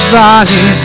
body